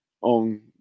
On